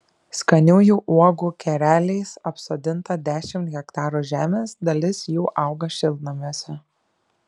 skaniųjų uogų kereliais apsodinta dešimt hektarų žemės dalis jų auga šiltnamiuose